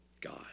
God